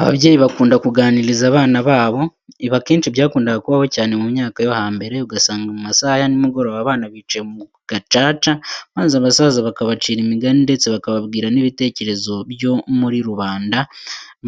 Ababyeyi bakunda kuganiriza abana babo. Ibi akenshi byakundaga kubaho cyane mu myaka yo hambere. Ugasanga mu masaha ya nimugoroba abana bicaye mu gacaca maze abasaza bakabacira imigani ndetse bakababwira n'ibitekerezo byo muri rubanda